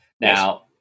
Now-